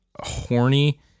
horny